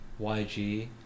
YG